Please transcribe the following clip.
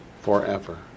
forever